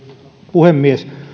puhemies